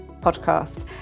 podcast